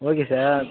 okay sir